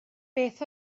beth